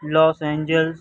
Los Angeles